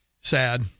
sad